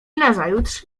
nazajutrz